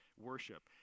worship